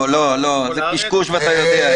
לא, לא, לא, זה קשקוש ואתה יודע את זה.